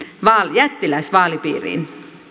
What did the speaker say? jättiläisvaalipiiriin